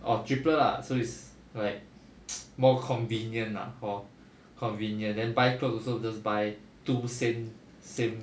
or triplet lah so it's like more convenient lah hor convenient then buy clothes also just buy two same same